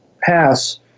pass